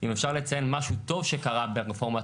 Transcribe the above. אם אפשר לציין משהו טוב שקרה ברפורמת